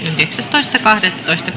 yhdeksästoista kahdettatoista